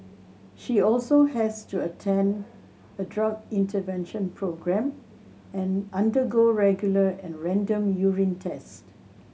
she also has to attend a drug intervention programme and undergo regular and random urine test